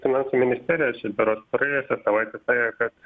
finansų ministerija čia berods praėjusią savaitę sakė kad